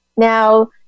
Now